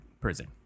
prison